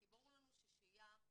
כי ברור לנו ששהייה בכלא,